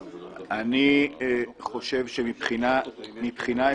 היושב-ראש, אני חושב שמבחינה אפקטיבית,